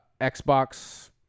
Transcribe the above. Xbox